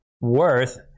worth